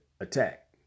attack